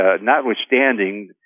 notwithstanding